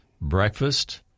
Breakfast